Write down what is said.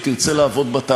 אני דיברתי על הפלורליזם.